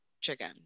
chicken